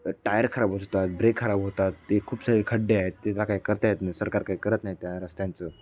tyre खराब होच होतात ब्रेक खराब होतात ते खूप सारे खड्डे आहेत ते त्या काय करता येत नाही सरकार काय करत नाहीत त्या रस्त्यांचं